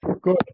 Good